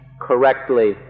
correctly